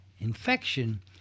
infection